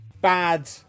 bad